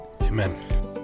Amen